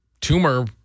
tumor